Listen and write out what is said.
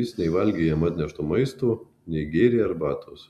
jis nei valgė jam atnešto maisto nei gėrė arbatos